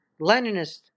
Leninist